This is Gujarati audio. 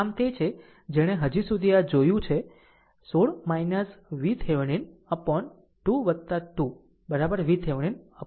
આમ આ તે છે જેણે હજી સુધી આ જોયું છે 16 VThevenin upon 2 2 VThevenin upon 6